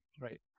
right